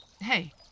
Hey